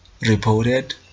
reported